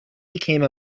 became